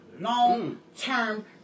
long-term